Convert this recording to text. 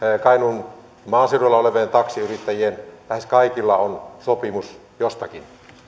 kainuun maaseudulla olevilla taksiyrittäjillä lähes kaikilla on sopimus jostakin